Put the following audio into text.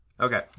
Okay